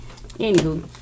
Anywho